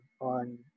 on